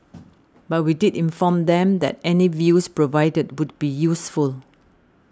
but we did inform them that any views provided would be useful